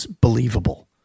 believable